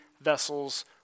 vessels